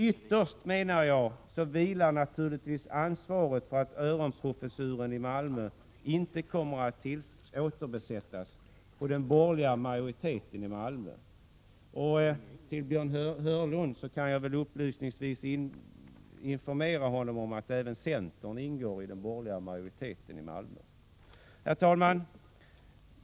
Ytterst, menar jag, vilar naturligtvis ansvaret för att öronprofessuren i Malmö inte kommer att återbesättas på den borgerliga majoriteten i Malmö. Upplysningsvis kan jag säga till Börje Hörnlund att även centern ingår i den borgerliga majoriteten i Malmö. Herr talman!